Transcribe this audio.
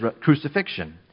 crucifixion